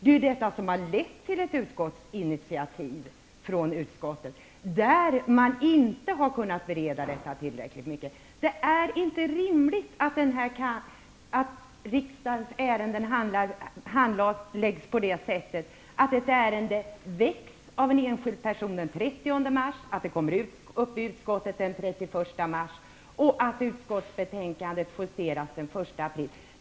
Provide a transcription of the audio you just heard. Det är ju detta som har lett till ett initiativ från utskottet, där man inte har kunnat bereda denna fråga tillräckligt. Det är inte rimligt att riksdagsärenden handläggs på ett sådant sätt att ett ärende tas upp av en person den 30 mars, att ärendet kommer upp i utskottet den 31 mars och att utskottsbetänkandet justeras den 1 april.